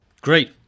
Great